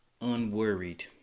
Unworried